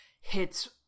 hits